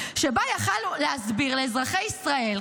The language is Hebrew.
שבה הוא יכול היה להסביר לאזרחי ישראל,